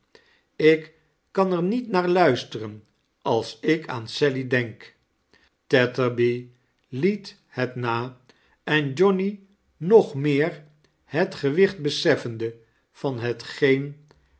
ik kan er niet naar luisteren als ik aan sally denk tetterby liet het na en johnny nog meer het gewicht beseffende van hetgeen